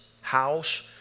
house